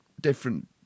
different